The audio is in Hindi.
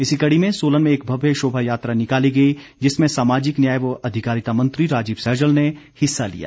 इसी कड़ी में सोलन में एक भव्य शोभा यात्रा निकाली गई जिसमें सामाजिक न्याय व अधिकारिता मंत्री राजीव सहजल ने हिस्सा लिया